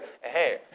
Hey